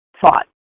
thought